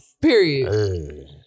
Period